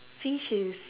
fishes